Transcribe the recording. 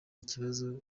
ikibazo